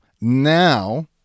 Now